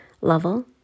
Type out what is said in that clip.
level